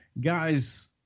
guys